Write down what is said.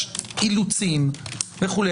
יש אילוצים וכו',